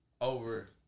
over